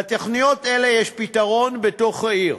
לתוכניות אלה יש פתרון בתוך העיר,